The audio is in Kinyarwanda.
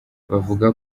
bavuga